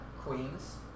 Queens